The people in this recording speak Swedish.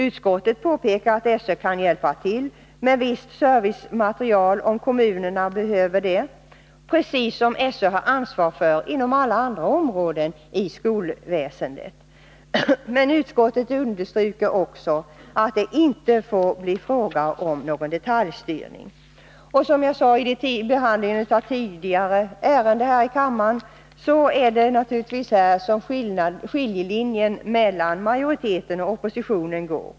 Utskottet påpekar att SÖ kan hjälpa till med visst servicematerial om kommunerna behöver det — det ansvaret har SÖ inom alla andra områden i skolväsendet — men understryker att det inte får bli fråga om någon detaljstyrning. Som jag sade vid behandlingen av det tidigare ärendet från UbU i kammaren är det naturligtvis här som skiljelinjen mellan majoriteten och oppositionen går.